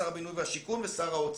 שר הבינוי והשיכון ושר האוצר.